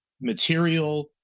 material